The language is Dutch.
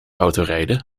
autorijden